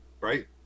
Right